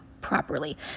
properly